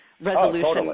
resolution